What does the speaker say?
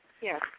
Yes